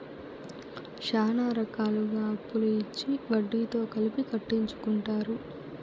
శ్యానా రకాలుగా అప్పులు ఇచ్చి వడ్డీతో కలిపి కట్టించుకుంటారు